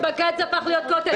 פתאום בג"ץ הפך להיות הכותל שלכם.